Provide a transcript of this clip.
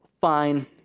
Fine